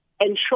ensure